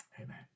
Amen